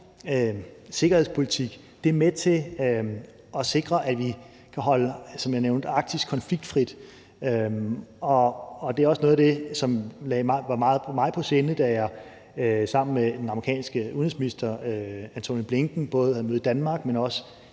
sikkerhedspolitik. Det er med til at sikre, at vi, som jeg nævnte, kan holde Arktis konfliktfrit. Det var også noget af det, der lå mig meget på sinde, da jeg var sammen med den amerikanske udenrigsminister, Antony Blinken, både på mødet i Danmark, men også